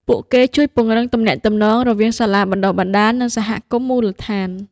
ពួកគេជួយពង្រឹងទំនាក់ទំនងរវាងសាលាបណ្តុះបណ្តាល និងសហគមន៍មូលដ្ឋាន។